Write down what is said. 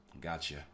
gotcha